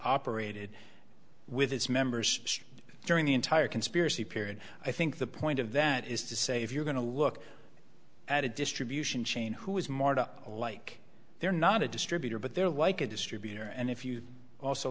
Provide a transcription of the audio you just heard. operated with its members during the entire conspiracy period i think the point of that is to say if you're going to look at a distribution chain who is martha like they're not a distributor but they're like a distributor and if you also